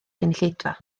gynulleidfa